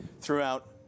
throughout